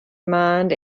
mined